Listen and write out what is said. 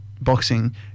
boxing